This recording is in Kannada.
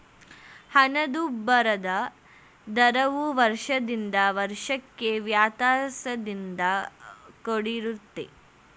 ಹಣದುಬ್ಬರದ ದರವು ವರ್ಷದಿಂದ ವರ್ಷಕ್ಕೆ ವ್ಯತ್ಯಾಸದಿಂದ ಕೂಡಿರುತ್ತೆ